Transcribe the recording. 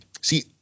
See